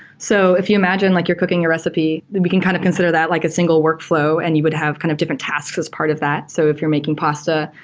so if you imagine like you're cooking a recipe, we can kind of consider that like a single workfl ow and you would have kind of different tasks as part of that. so if you're making pasta,